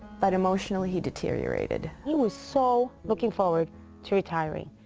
but emotionally he deteriorated. he was so looking forward to retirement,